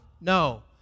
No